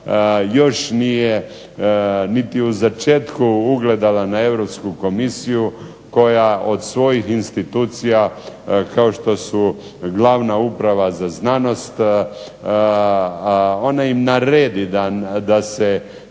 još nije niti u začetku ugledala na Europsku Komisiju, koja od svojih institucija kao što su glavna uprava za znanost, ona im naredi da se